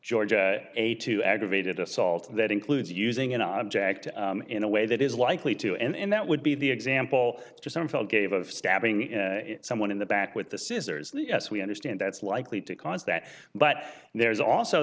georgia a two aggravated assault and that includes using an object in a way that is likely to and that would be the example to some fellow gave of stabbing someone in the back with the scissors yes we understand that's likely to cause that but there's also